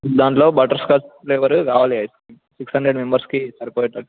దాంట్లో butterscotch flavour కావాలి six hundred మెంబర్స్కి సరిపోయేటట్టు